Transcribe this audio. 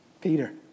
Peter